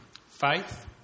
faith